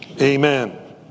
Amen